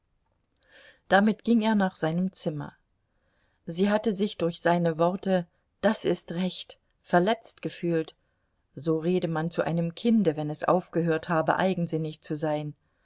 damit ging er nach seinem zimmer sie hatte sich durch seine worte das ist recht verletzt gefühlt so rede man zu einem kinde wenn es aufgehört habe eigensinnig zu sein